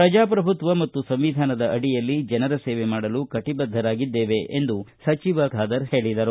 ಪ್ರಜಾಪ್ರಭುತ್ವ ಮತ್ತು ಸಂವಿಧಾನದ ಅಡಿಯಲ್ಲಿ ಜನರ ಸೇವೆ ಮಾಡಲು ಕಟಿಬದ್ದರಾಗಿದ್ದೇವೆ ಎಂದು ಸಚಿವ ಖಾದರ್ ಹೇಳಿದರು